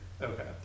Okay